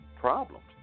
Problems